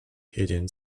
hidden